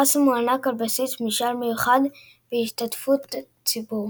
הפרס מוענק על בסיס משאל מיוחד בהשתתפות הציבור.